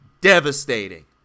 Devastating